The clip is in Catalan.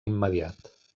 immediat